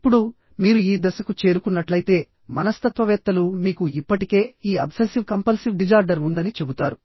ఇప్పుడు మీరు ఈ దశకు చేరుకున్నట్లయితే మనస్తత్వవేత్తలు మీకు ఇప్పటికే ఈ అబ్సెసివ్ కంపల్సివ్ డిజార్డర్ ఉందని చెబుతారు